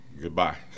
goodbye